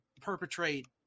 perpetrate